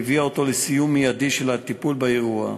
היא הביאה אותו לסיום מיידי של הטיפול באירוע.